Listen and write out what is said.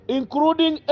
Including